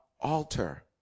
alter